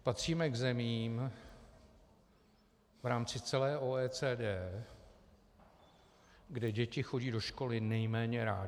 Patříme k zemím v rámci celé OECD, kde děti chodí do školy nejméně rády.